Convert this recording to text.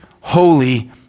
holy